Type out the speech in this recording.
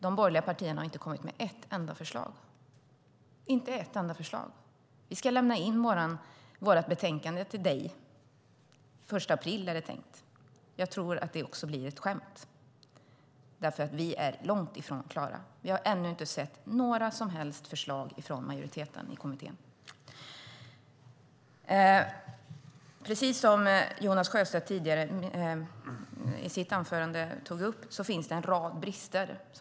De borgerliga partierna har inte kommit med ett enda förslag - inte ett enda förslag! Vi ska lämna in vårt betänkande till dig, Jan Björklund, den 1 april, är det tänkt. Jag tror att det blir ett skämt därför att vi är långt ifrån klara. Vi har ännu inte sett några som helst förslag från majoriteten i kommittén. Precis som Jonas Sjöstedt tog upp i sitt anförande finns det en rad brister.